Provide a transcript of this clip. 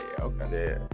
okay